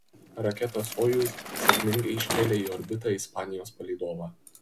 raketa sojuz sėkmingai iškėlė į orbitą ispanijos palydovą